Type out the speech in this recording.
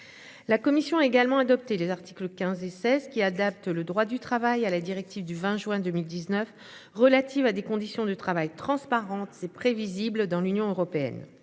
La commission a également adopté les articles 15 et 16 qui adapte le droit du travail à la directive du 20 juin 2019 relatives à des conditions du travail transparente c'est prévisible dans l'Union européenne.